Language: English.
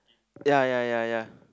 ya ya ya ya